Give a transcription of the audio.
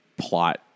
Plot